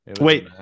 Wait